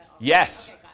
Yes